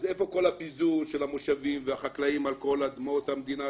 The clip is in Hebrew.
איפה כל הפיזור של המושבים והחקלאים על כל אדמות המדינה,